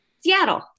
Seattle